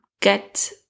get